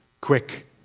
quick